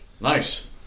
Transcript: Nice